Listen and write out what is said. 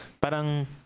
Parang